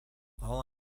all